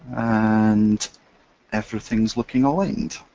and everything's looking aligned.